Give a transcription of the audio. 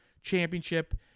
championship